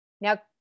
Now